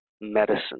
medicine